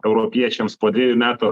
europiečiams po dvejų metų